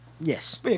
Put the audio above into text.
Yes